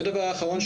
ודבר אחרון,